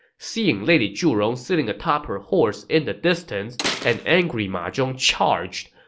seeing lady zhurong sitting atop her horse in the distance, an angry ma zhong charged,